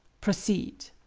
proceed.